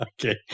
Okay